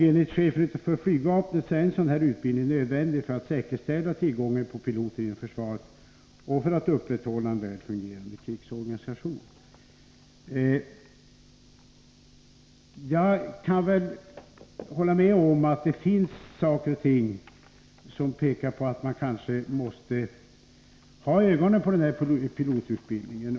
Enligt chefen för flygvapnet är en sådan här utbildning nödvändig för att säkerställa tillgången på piloter inom försvaret och för att upprätthålla en väl fungerande krigsorganisation.' Jag kan hålla med om att det finns saker och ting som pekar på att man kanske måste ha ögonen på pilotutbildningen.